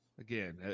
again